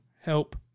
help